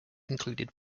included